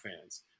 fans